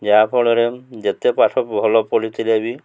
ଯାହାଫଳରେ ଯେତେ ପାଠ ଭଲ ପଢ଼ିଥିଲେ ବି